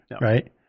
Right